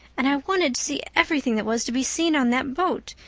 and i wanted to see everything that was to be seen on that boat,